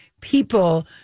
people